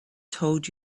told